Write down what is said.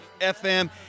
FM